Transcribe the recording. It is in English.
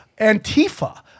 Antifa